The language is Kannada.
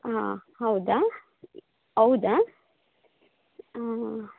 ಹಾಂ ಹೌದಾ ಹೌದಾ